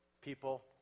people